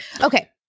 Okay